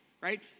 right